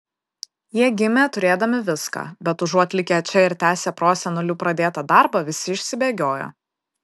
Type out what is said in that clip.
jie gimė turėdami viską bet užuot likę čia ir tęsę prosenelių pradėtą darbą visi išsibėgiojo